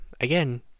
Again